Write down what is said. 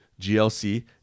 GLC